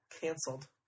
canceled